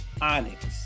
Onyx